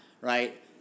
right